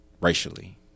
racially